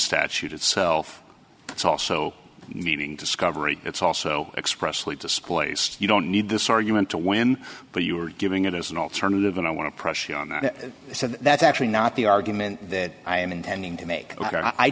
statute itself it's also meaning discovery it's also expressly displaced you don't need this argument to win but you are giving it as an alternative and i want to pressure on that i said that's actually not the argument that i am intending to make i